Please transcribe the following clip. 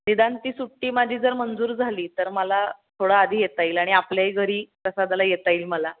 निदान ती सुट्टी माझी जर मंजूर झाली तर मला थोडं आधी येता येईल आणि आपल्याही घरी प्रसादाला येता येईल मला